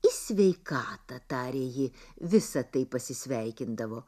į sveikatą tarė ji visat taip pasisveikindavo